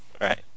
Right